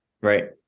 Right